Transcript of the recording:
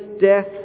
death